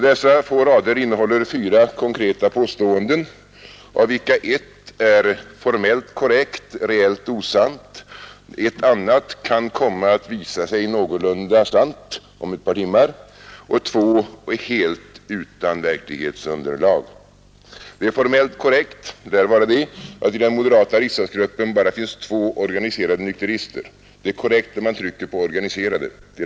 Dessa få rader innehåller fyra konkreta påståenden, av vilka ett är formellt korrekt men reellt osant, ett annat kan komma att visa sig någorlunda sant om ett par timmar, och två är helt utan verklighetsunderlag. Det lär vara formellt korrekt att det i moderata riksdagsgruppen finns bara två organiserade nykterister. Det är korrekt, om man trycker på organiserade.